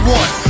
one